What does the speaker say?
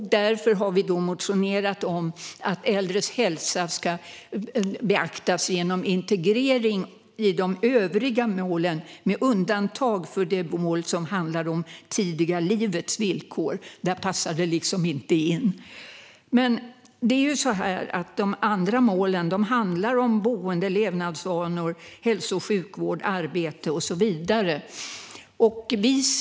Därför har vi motionerat om att äldres hälsa ska beaktas genom integrering i de övriga målen, med undantag för det mål som handlar om det tidiga livets villkor. Där passar det liksom inte in. Men de andra målen handlar om boende, levnadsvanor, hälso och sjukvård, arbete och så vidare.